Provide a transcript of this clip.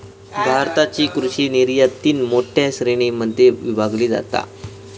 भारताची कृषि निर्यात तीन मोठ्या श्रेणीं मध्ये विभागली जाता